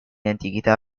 antichità